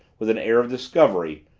with an air of discovery,